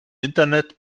internet